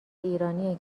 ایرانی